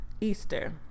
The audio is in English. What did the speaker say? Easter